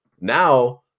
now